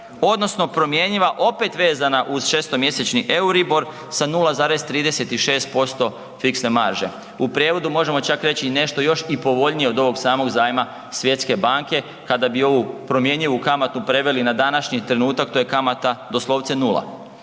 odnosno promjenjiva opet vezana uz šestomjesečni EURIBOR sa 0,36% fiksne marže. U prijevodu možemo čak reći nešto još i povoljnije od ovog samog zajma Svjetske banke kada bi ovu promjenjivu kamatu preveli na današnji trenutak, to je kamata doslovce